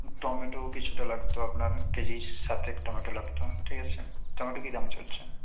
টমেটোও কিছুটা লাগতো আপনার কেজি সাতেক টমেটো লাগতো ঠিক আছে টমেটো কি দাম চলছে